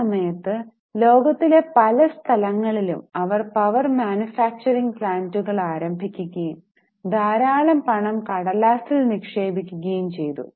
ഈ സമയത്തു ലോകത്തിലെ പല സ്ഥലങ്ങളിലും അവർ പവർ മാനുഫാക്ചറിംഗ് പ്ലാന്റുകൾ ആരംഭിക്കുകയും ധാരാളം പണം കടലാസിൽ നിക്ഷേപിക്കുകയും ചെയ്തു